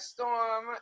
Storm